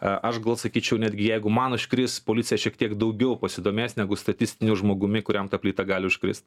a aš gal sakyčiau netgi jeigu man užkris policija šiek tiek daugiau pasidomės negu statistiniu žmogumi kuriam ta plyta gali užkrist